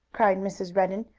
cried mrs. redden,